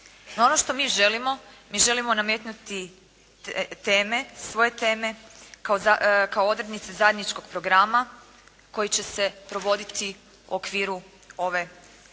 ono što mi želimo, mi želimo nametnuti teme, svoje teme kao odrednice zajedničkog programa koji će se provoditi u okviru ove